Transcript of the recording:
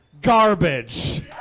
garbage